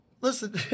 Listen